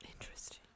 Interesting